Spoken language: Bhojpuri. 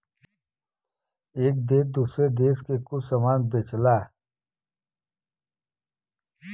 एक देस दूसरे देस के कुछ समान बेचला